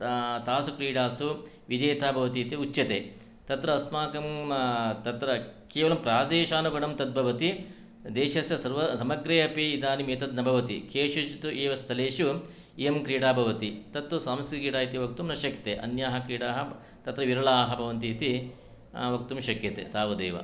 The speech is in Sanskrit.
तासु क्रीडासु विजेता भवति इति उच्यते तत्र अस्माकं तत्र केवलं प्रादेशानुगुणं तद्भवति देशस्य सर्व समग्रे अपि इदानीम् एतत् न भवति केषुचित् तु एव स्थलेषु इयं क्रीडा भवति तत्तु सांस्कृतिकक्रीडा इति वक्तुं न शक्यते अन्याः क्रीडाः तत्र विरलाः भवन्ति इति वक्तुं शक्यते तावदेव